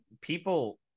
people